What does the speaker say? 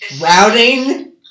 routing